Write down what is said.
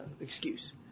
excuse